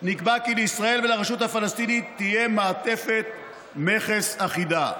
נקבע כי לישראל ולרשות הפלסטינית תהיה מעטפת מכס אחידה.